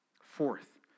Fourth